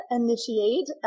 initiate